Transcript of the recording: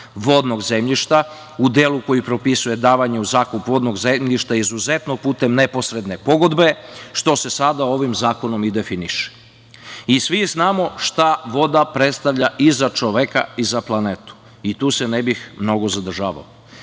vodnog zemljišta u delu koji propisuje davanje u zakup vodnog zemljišta izuzetno putem neposredne pogodbe, šta se sada ovim zakonom i definiše. Svi znamo šta voda predstavlja i za čoveka i za planetu i tu se ne bih mnogo zadržavao.